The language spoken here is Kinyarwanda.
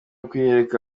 kuyereka